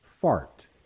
Fart